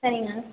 சரிங்க